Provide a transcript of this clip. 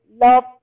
love